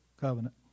covenant